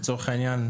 לצורך העניין,